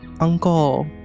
uncle